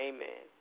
Amen